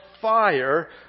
fire